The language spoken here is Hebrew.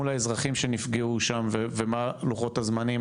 מול האזרחים שנפגעו שם ומה לוחות הזמנים?